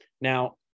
Now